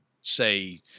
say